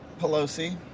Pelosi